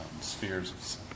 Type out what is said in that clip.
spheres